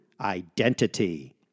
identity